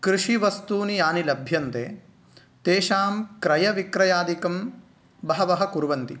कृषिवस्तूनि यानि लभ्यन्ते तेषां क्रयविक्रयादिकं बहवः कुर्वन्ति